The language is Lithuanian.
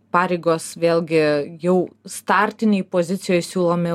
pareigos vėlgi jau startinėj pozicijoj siūlomi